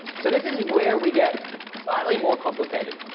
so this is where we get slightly more complicated.